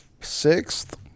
sixth